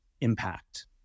impact